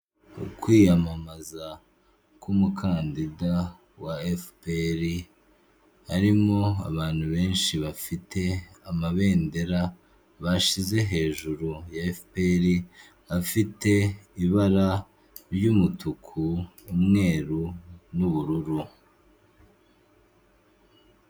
Ukwiyamamaza k'umukandida wa FPR harimo abantu benshi bafite amabendera bashize hejuru ya FPR afite ibara ry'umutuku, umweru n'ubururu.